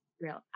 real